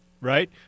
Right